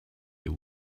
you